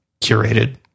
curated